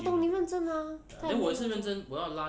我懂你认真 ah 他也是